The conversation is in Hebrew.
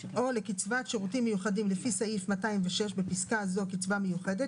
או לקצבת שירותים מיוחדים לפי סעיף 206 (בפסקה זו קצבה מיוחדת),